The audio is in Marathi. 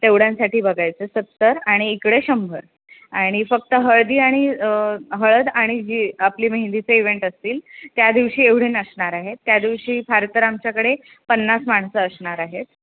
तेवढ्यांसाठी बघायचं सत्तर आणि इकडे शंभर आणि फक्त हळदी आणि हळद आणि जी आपली मेहंदीचे इव्हेंट असतील त्या दिवशी एवढे नसणार आहेत त्या दिवशी फार तर आमच्याकडे पन्नास माणसं असणार आहेत